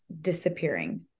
disappearing